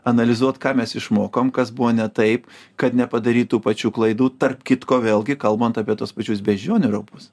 analizuot ką mes išmokom kas buvo ne taip kad nepadaryt tų pačių klaidų tarp kitko vėlgi kalbant apie tuos pačius beždžionių raupus